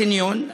הגענו לחניון.